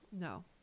No